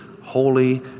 holy